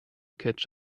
catch